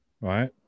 right